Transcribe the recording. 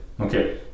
Okay